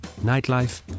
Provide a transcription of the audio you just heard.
nightlife